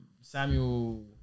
Samuel